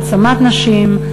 העצמת נשים,